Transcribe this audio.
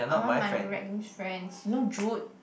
I want my rec games friends you know Jude